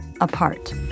apart